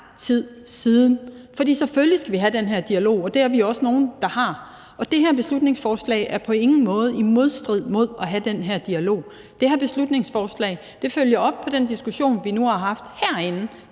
tid siden. For selvfølgelig skal vi have den her dialog, og det er vi også nogle der har, og det her beslutningsforslag er på ingen måde i modstrid med at have den her dialog. Det her beslutningsforslag følger op på den diskussion, vi har haft herinde